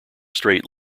straight